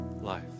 life